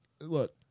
look